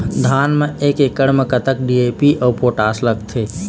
धान म एक एकड़ म कतका डी.ए.पी अऊ पोटास लगथे?